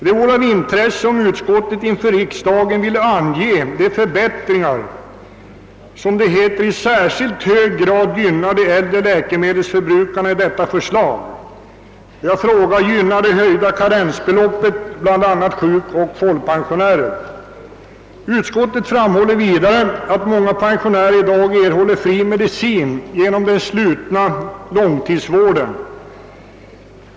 Det vore av intresse om utskottets talesman inför kammaren ville ange de förbättringar vilka — som det heter — enligt förslaget i särskilt hög grad skulle gynna de äldre läkemedelsförbrukarna. Jag frågar: Gynnar det höjda karensbeloppet bl.a. sjukoch folkpensionärer? Utskottet framhåller vidare att många pensionärer redan i dag erhåller fri medicin genom den slutna långtidsvården.